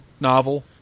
novel